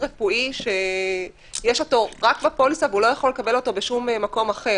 רפואי שיש אותו רק בפוליסה והוא לא יכול לקבלו בשום מקום אחר.